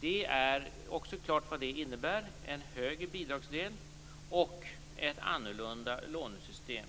Det är klart vad det innebär: en högre bidragsdel och ett annorlunda lånesystem,